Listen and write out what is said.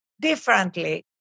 differently